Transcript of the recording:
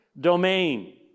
domain